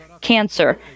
cancer